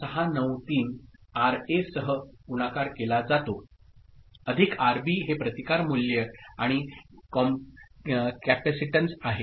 693 R A सह गुणाकार केला जातो अधिक आरबी हे प्रतिकार मूल्ये आणि कॅपेसिटन्स आहे